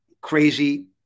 crazy